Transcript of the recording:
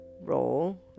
role